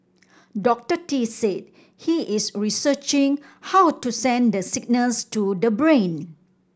Doctor Tee said he is researching how to send the signals to the brain